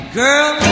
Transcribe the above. girl